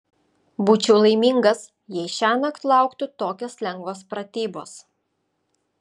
būčiau laimingas jei šiąnakt lauktų tokios lengvos pratybos